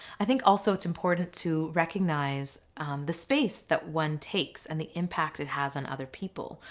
i think also it's important to recognize the space that one takes and the impact it has on other people.